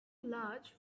large